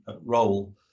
role